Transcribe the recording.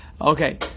okay